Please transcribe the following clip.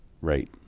right